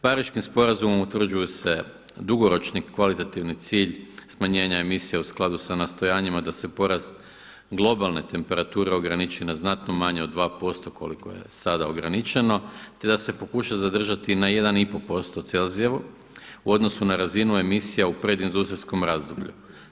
Pariškim sporazumom utvrđuju se dugoročni kvalitativni cilj smanjenja emisija u skladu sa nastojanjima da se porast globalne temperature ograniči na znatno manje od 2% koliko je sada ograničeno, te da se pokuša zadržati na 1,5% Celzija u odnosu na razinu emisija u predindustrijskom razdoblju.